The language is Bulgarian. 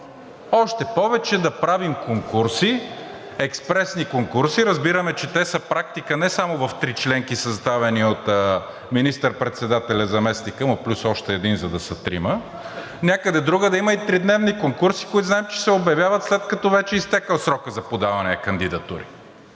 още повече да правим конкурси, експресни конкурси. Разбираме, че те са практика не само в тричленки, съставени от министър-председателя, заместника му, плюс още един, за да са трима. Някъде другаде има и тридневни конкурси, които знаем, че се обявяват, след като вече е изтекъл срокът за подаване на кандидатури.